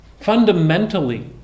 fundamentally